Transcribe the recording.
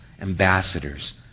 ambassadors